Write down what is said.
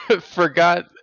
forgot